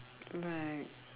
right